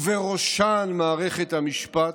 ובראשן מערכת המשפט,